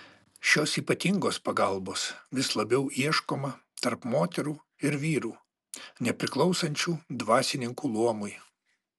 šios ypatingos pagalbos vis labiau ieškoma tarp moterų ir vyrų nepriklausančių dvasininkų luomui